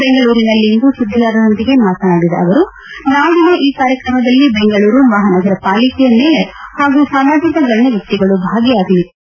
ಬೆಂಗಳೂರಿನಲ್ಲಿಂದು ಸುದ್ದಿಗಾರರೊಂದಿಗೆ ಮಾತನಾಡಿದ ಅವರು ನಾಡಿನ ಈ ಕಾರ್ಯಕ್ರಮದಲ್ಲಿ ಬೆಂಗಳೂರು ಮಹಾನಗರ ಪಾಲಿಕೆ ಮೇಯರ್ ಹಾಗೂ ಸಮಾಜದ ಗಣ್ಣ ವ್ಯಕ್ತಿಗಳು ಭಾಗಿಯಾಗಲಿದ್ದಾರೆ ಎಂದರು